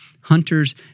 hunters